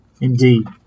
Indeed